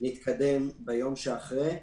נתקדם ביום שאחרי.